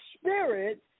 Spirit's